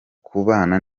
kubana